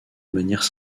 manière